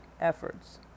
efforts